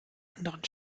anderen